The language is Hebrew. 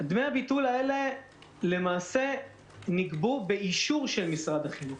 דמי הביטול האלה למעשה נגבו באישור של משרד החינוך.